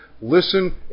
Listen